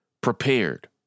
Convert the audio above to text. prepared